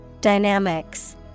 Dynamics